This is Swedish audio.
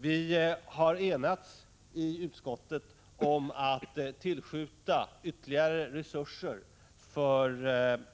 Utskottet har enats om att tillskjuta ytterligare resurser för finansieringen